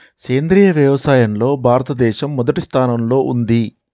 సేంద్రియ వ్యవసాయంలో భారతదేశం మొదటి స్థానంలో ఉంది